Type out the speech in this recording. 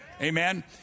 Amen